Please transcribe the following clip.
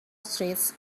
streets